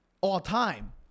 all-time